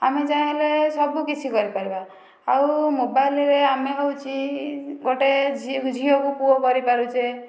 ଆମେ ଚାହିଁଲେ ସବୁ କିଛି କରିପାରିବା ଆଉ ମୋବାଇଲରେ ଆମେ ହେଉଛି ଗୋଟେ ଝିଅକୁ ପୁଅ କରିପାରୁଛେ